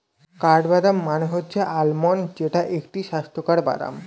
কাঠবাদাম মানে হচ্ছে আলমন্ড যেইটা একটি স্বাস্থ্যকর বাদাম